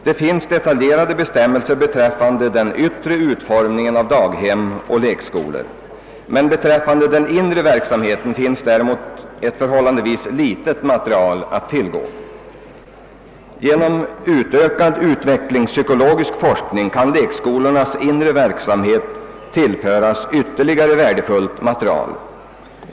Det finns detaljerade regler beträffande den yttre utformningen av daghem och lekskolor, men beträffande den inre verksamheten finns däremot ett förhållandevis litet material att tillgå. Genom utvecklingen och den psykologiska forskningen kan lekskolornas inre verksamhet tillföras ytterligare värdefullt material.